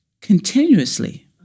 continuously